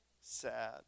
sad